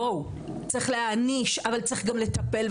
צריך להעניש אבל גם לטפל.